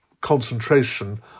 concentration